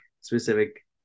specific